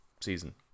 season